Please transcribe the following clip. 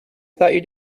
thought